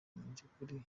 byukuri